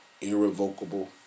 irrevocable